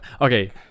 okay